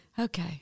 okay